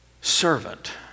Servant